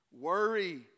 Worry